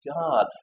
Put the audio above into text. God